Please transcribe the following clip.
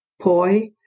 poi